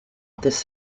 this